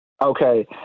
Okay